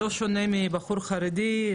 זה לא שונה מבחור חרדי,